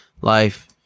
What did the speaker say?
life